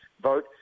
vote